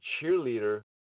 cheerleader